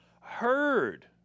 heard